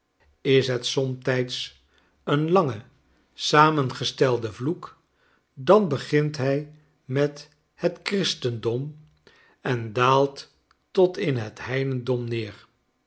is het somtijds een lange samengestelde vloek dan begint hij met het christendom en daalt tot in het heidendom neer